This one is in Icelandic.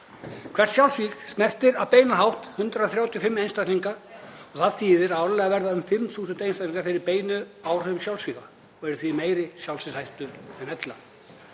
Hvert sjálfsvíg snertir á beinan hátt 135 einstaklinga. Það þýðir að árlega verða um 5.000 einstaklingar fyrir beinum áhrifum sjálfsvíga og eru því í meiri sjálfsvígshættu en ella.